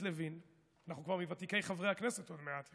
אנחנו כבר מוותיקי חברי הכנסת עוד מעט,